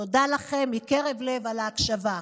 תודה לכם מקרב לב על ההקשבה.